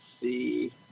see